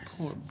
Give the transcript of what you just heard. Poor